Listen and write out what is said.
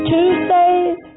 Tuesdays